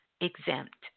exempt